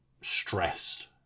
stress